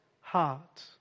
heart